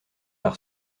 par